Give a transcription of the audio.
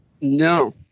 No